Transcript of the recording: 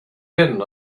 been